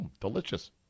delicious